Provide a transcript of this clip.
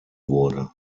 wurde